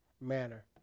manner